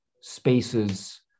spaces